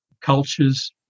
cultures